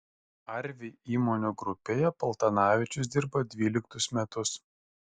arvi įmonių grupėje paltanavičius dirba dvyliktus metus